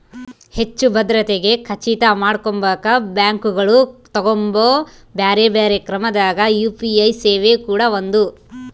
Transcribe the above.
ಹೆಚ್ಚು ಭದ್ರತೆಗೆ ಖಚಿತ ಮಾಡಕೊಂಬಕ ಬ್ಯಾಂಕುಗಳು ತಗಂಬೊ ಬ್ಯೆರೆ ಬ್ಯೆರೆ ಕ್ರಮದಾಗ ಯು.ಪಿ.ಐ ಸೇವೆ ಕೂಡ ಒಂದು